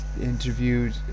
interviewed